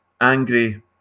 angry